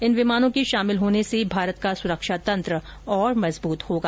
इन विमानों के शामिल होने से भारत का सुरक्षा तंत्र और मजबूत होगा